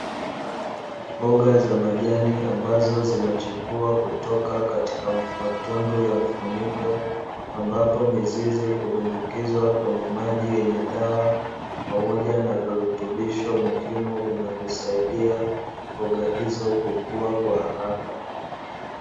Mboga za majani ambazo zinachipua kutoka katika matundu ya mfuniko ambapo mizizi hudumbukizwa kwenye maji yenye dawa pamoja na virutubisho muhimu vinavyosaidia mboga hizo kukua kwa haraka.